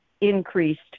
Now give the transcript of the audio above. increased